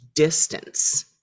Distance